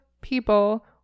people